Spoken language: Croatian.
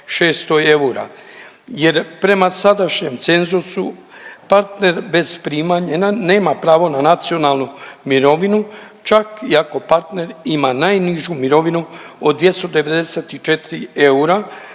Jer prema sadašnjem cenzusu partner bez primanja nema pravo na nacionalnu mirovinu čak i ako partner ima najnižu mirovinu od 294 eura,